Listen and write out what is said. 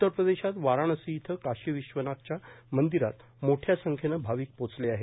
उत्तर प्रदेशात वाराणसी इथं काशी विश्वनाथाच्या मंदिरात मोठ्या संख्येनं भाविक पोचले आहेत